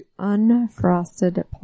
unfrosted